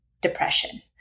depression